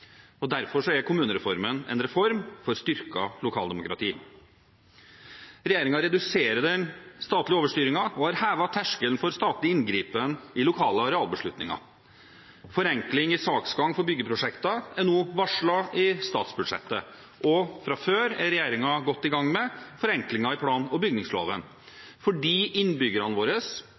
næringspolitikken. Derfor er kommunereformen en reform for styrket lokaldemokrati. Regjeringen reduserer den statlige overstyringen og har hevet terskelen for statlig inngripen i lokale arealbeslutninger. Forenkling i saksgang for byggeprosjekter er nå varslet i statsbudsjettet, og fra før er regjeringen godt i gang med forenklinger i plan- og bygningsloven fordi innbyggerne våre